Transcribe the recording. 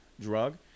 drug